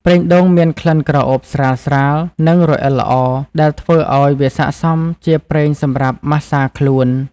ប្រេងដូងមានក្លិនក្រអូបស្រាលៗ និងរអិលល្អ ដែលធ្វើឲ្យវាស័ក្តិសមជាប្រេងសម្រាប់ម៉ាស្សាខ្លួន។